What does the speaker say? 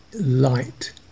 light